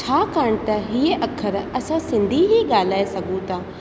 छाकाणि त हीअ अखर असां सिंधी ई ॻाल्हाए सघूं था